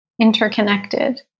interconnected